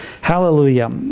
Hallelujah